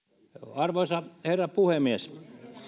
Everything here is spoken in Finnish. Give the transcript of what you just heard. arvoisa herra puhemies